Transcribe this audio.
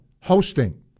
hosting